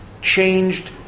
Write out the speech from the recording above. changed